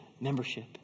membership